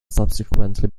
subsequently